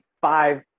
five